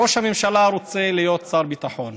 ראש הממשלה רוצה להיות שר ביטחון